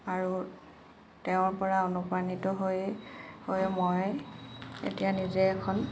আৰু তেওঁৰপৰা অনুপ্ৰাণিত হৈয়ে হৈয়ে মই এতিয়া নিজে এখন